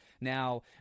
Now